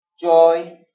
joy